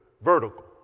vertical